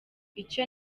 icyo